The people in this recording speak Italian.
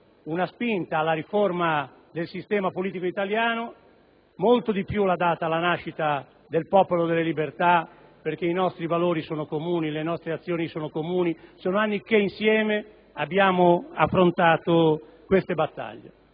una spinta alla riforma del sistema politico italiano, molto di più l'ha data la nascita del Popolo della Libertà, perché i nostri valori e le nostre azioni sono comuni: sono anni che insieme abbiamo affrontato queste battaglie.